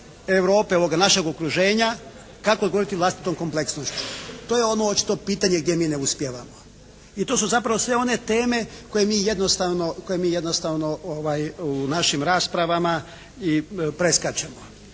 Europe ovog našeg okruženja, kako odgovoriti vlastitom kompleksnošću. To je ono očito pitanje gdje mi ne uspijevamo i to su zapravo sve one teme koje mi jednostavno u našim raspravama i preskačemo.